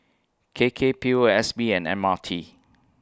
K K P O S B and M R T